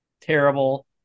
terrible